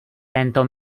tento